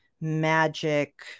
magic